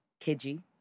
Kiji